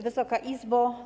Wysoka Izbo!